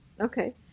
Okay